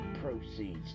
proceeds